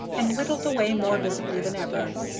and whittled away more busily than ever.